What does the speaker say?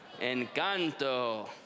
Encanto